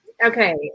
Okay